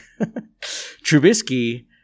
Trubisky